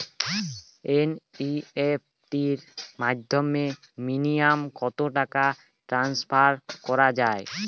NEFT র মাধ্যমে minimum কত টাকা টান্সফার করা যায়?